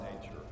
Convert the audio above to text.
nature